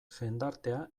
jendartea